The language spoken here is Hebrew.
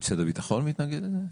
משרד הביטחון מתנגד לזה?